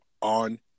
on